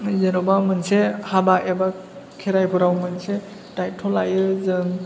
जेन'बा मोनसे हाबा एबा खेराइफोराव मोनसे दायथ' लायो जों